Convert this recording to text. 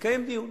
מתקיים דיון.